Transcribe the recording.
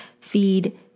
Feed